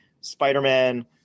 spider-man